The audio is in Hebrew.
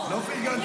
מה קרה,